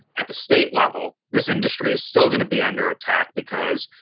at the state level, this industry is still gonna be under attack because,